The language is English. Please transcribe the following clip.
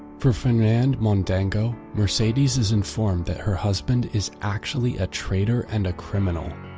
for fernand mondego, mercedes is informed that her husband is actually a traitor and a criminal.